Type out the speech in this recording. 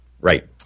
Right